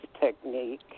technique